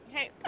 Hey